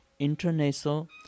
intranasal